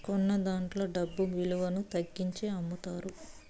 కొన్నదాంట్లో డబ్బు విలువను తగ్గించి అమ్ముతారు